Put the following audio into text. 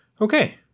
Okay